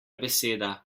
beseda